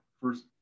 first